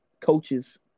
Coaches